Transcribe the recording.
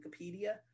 Wikipedia